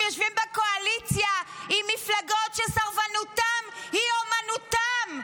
יושבים בקואליציה עם מפלגות שסרבנותן היא אומנותן,